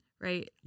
right